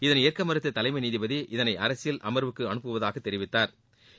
இதனை ஏற்க மறுத்த தலைமை நீதிபதி இதனை அரசியல் அமர்வுக்கு அனுப்புவதாகத் தெரிவித்தாா்